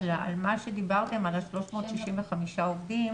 על מה שדיברתם, על ה-365 עובדים.